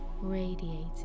radiating